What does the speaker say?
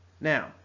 Now